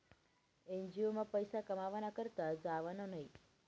NGO मा पैसा कमावाना करता जावानं न्हयी